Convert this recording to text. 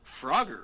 Frogger